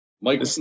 Mike